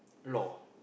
loh